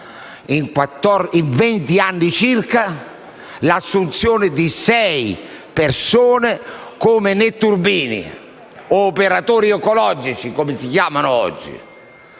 in 20 anni circa? L'assunzione di sei persone come netturbini o operatori ecologici, come si chiamano oggi.